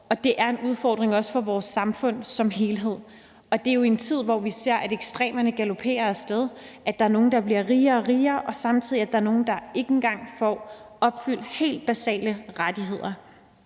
og det er en udfordring, også for vores samfund som helhed. Det er jo i en tid, hvor vi ser, at ekstremerne galoperer af sted, at der er nogle, der bliver rigere og rigere, og at der samtidig er nogle, der ikke engang får opfyldt helt basale rettigheder.